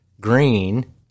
green